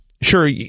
sure